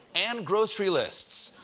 and grocery lists.